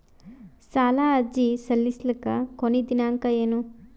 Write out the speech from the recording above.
ಸಾಲ ಅರ್ಜಿ ಸಲ್ಲಿಸಲಿಕ ಕೊನಿ ದಿನಾಂಕ ಏನು?